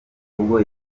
ubwo